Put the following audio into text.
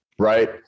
Right